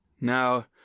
Now